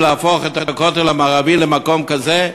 להפוך את הכותל המערבי למקום כזה?